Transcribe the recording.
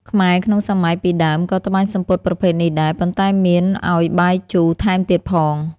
ខ្មែរក្នុងសម័យពីដើមក៏ត្បាញសំពត់ប្រភេទនេះដែរ ប៉ុន្តែមានឱ្យបាយជូរថែមទៀតផង។